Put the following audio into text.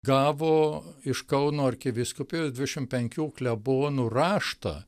gavo iš kauno arkivyskupijos dvidešimt penkių klebonų raštą